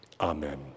Amen